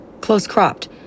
close-cropped